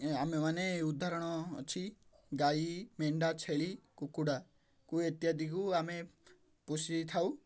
ଆମେମାନେ ଉଦାହରଣ ଅଛି ଗାଈ ମେଣ୍ଢା ଛେଳି କୁକୁଡ଼ା କୁ ଇତ୍ୟାଦିକୁ ଆମେ ପୋଷିଥାଉ